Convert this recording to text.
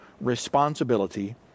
responsibility